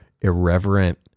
irreverent